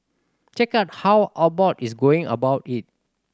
check out how Abbott is going about it